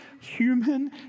human